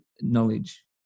knowledge